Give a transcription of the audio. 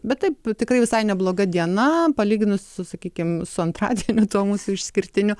bet taip tikrai visai nebloga diena palyginus su sakykim su antradieniu tuo mūsų išskirtiniu